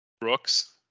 Brooks